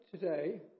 today